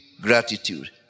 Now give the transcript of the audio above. gratitude